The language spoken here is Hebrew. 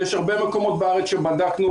יש הרבה מקומות בארץ שבדקנו,